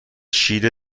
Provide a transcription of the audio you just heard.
شیر